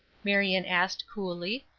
marion asked, coolly.